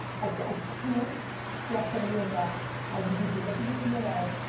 i can't stress on you enough how you need to look at your p and l,